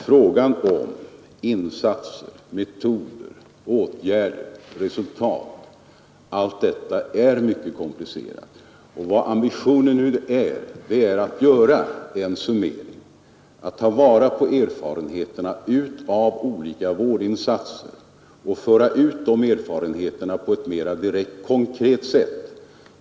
Frågan om insatser, der och resultat, allt detta är mycket komplicerat. Vad att ta vara på metoder, åtgä ambitionen nu går ut på är att göra en summering, erfarenheterna av olika vårdinsatser och föra ut de erfarenheterna på ett mera konkret sätt.